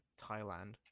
Thailand